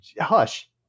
hush